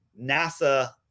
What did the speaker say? NASA